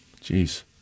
Jeez